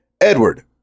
Edward